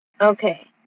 Okay